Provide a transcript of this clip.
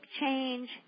change